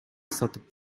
сатып